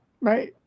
right